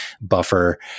buffer